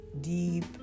deep